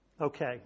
Okay